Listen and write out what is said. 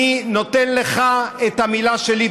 אני נותן לך את המילה שלי,